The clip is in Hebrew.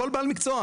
כל בעל מקצוע,